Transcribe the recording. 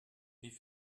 wie